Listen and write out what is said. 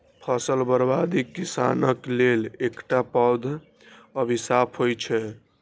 फसल बर्बादी किसानक लेल एकटा पैघ अभिशाप होइ छै